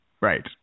Right